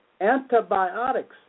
antibiotics